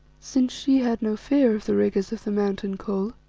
since she had no fear of the rigours of the mountain cold.